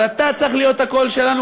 אבל אתה צריך להיות הקול שלנו,